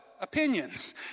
opinions